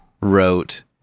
wrote